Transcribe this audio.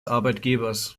arbeitgebers